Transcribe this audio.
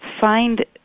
find